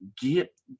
Get